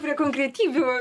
prie konkretybių